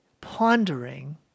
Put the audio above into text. pondering